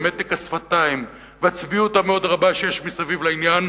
ומתק השפתיים והצביעות המאוד רבה שיש מסביב לעניין,